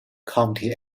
county